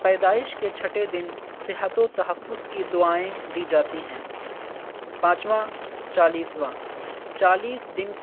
پیدائش کے چھٹے دن صحت و تحفظ کی دعائیں دی جاتی ہیں پانچواں چالیسواں چالیس دن